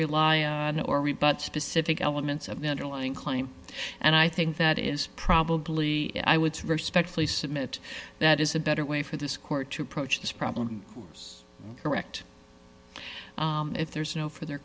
rely on or rebut specific elements of the underlying claim and i think that is probably i would respectfully submit that is a better way for this court to approach this problem correct if there's no for their